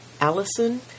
Allison